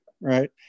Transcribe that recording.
right